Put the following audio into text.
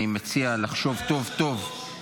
אני מציע לחשוב טוב טוב,